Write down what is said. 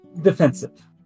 defensive